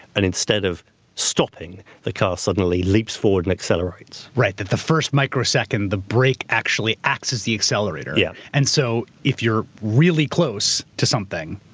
and instead of stopping the car suddenly, leaps forward and accelerates. right. that the first microsecond, the brake actually acts as the accelerator. yeah and so if you're really close to something,